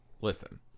Listen